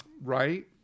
Right